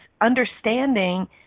understanding